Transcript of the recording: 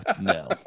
no